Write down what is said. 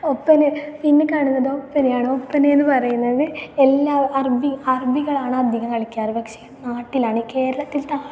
ഒപ്പന പിന്നെ കാണുന്നത് ഒപ്പനയാണ് ഒപ്പന എന്ന് പറയുന്നത് എല്ലാം അറബി അറബികളാണ് അധികം കളിക്കാറ് പക്ഷേ നാട്ടിലാണ് കേരളത്തിലത്തെ ആൾ